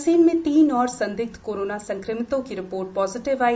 रायसेन में तीन और संदिग्ध कोरोना संक्रमितों की रिपोर्ट पॉजिटिव आई